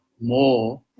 more